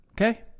Okay